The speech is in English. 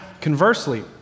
conversely